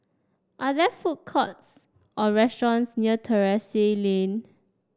are there food courts or restaurants near Terrasse Lane